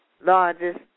largest